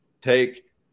take